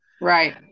Right